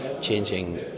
changing